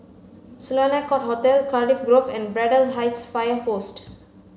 Sloane Court Hotel Cardiff Grove and Braddell Heights Fire Post